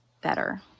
Better